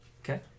Okay